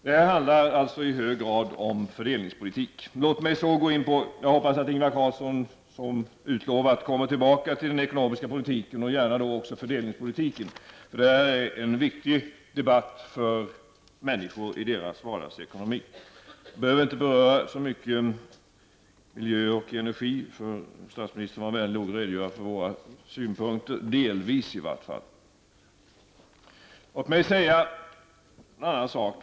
Det här handlar alltså i hög grad om fördelningspolitik. Jag hoppas att Ingvar Carlsson, som utlovat, kommer tillbaka till den ekonomiska politiken och gärna också till fördelningspolitiken. Det är en viktig debatt för människorna med tanke på deras vardagsekonomi. Jag behöver nog inte beröra miljön och energifrågorna särskilt mycket. Statsministern var ju vänlig nog att i varje fall delvis redogöra för våra synpunkter. Så till en annan sak.